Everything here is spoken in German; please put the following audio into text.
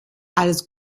als